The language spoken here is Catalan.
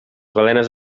balenes